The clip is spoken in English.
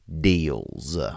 deals